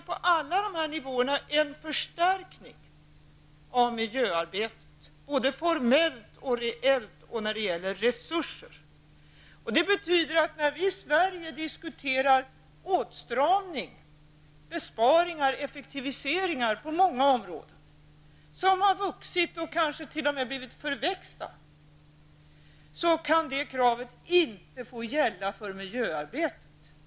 På alla de här nivåerna behöver vi en förstärkning av miljöarbetet, både formellt och reellt och när det gäller resurser. Det betyder att samtidigt som vi i Sverige diskuterar åtstramning, besparingar och effektiviseringar på många områden som har vuxit och som kanske t.o.m. har blivit förväxta, får det kravet inte får gälla för miljöarbetet.